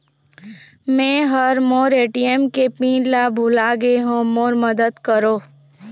मै ह मोर ए.टी.एम के पिन ला भुला गे हों मोर मदद करौ